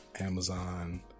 Amazon